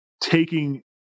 taking